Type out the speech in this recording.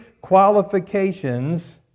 qualifications